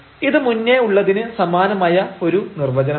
ഇത് മുന്നേ ഉള്ളതിന് സമാനമായ ഒരു നിർവചനമാണ്